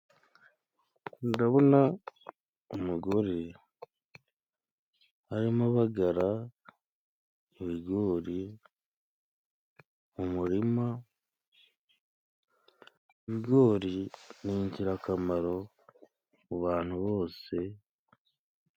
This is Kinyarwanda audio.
Ndabona umugore ari mo abagara ibigori mu umurima. Ibigori ni ingirakamaro ku abantu bose.